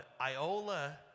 Iola